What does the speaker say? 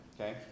okay